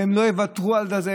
והן לא יוותרו על זה.